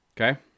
okay